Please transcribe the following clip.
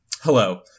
Hello